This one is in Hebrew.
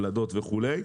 פלדות וכולי,